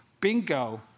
Bingo